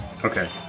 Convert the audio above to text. Okay